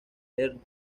ernst